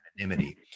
anonymity